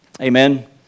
Amen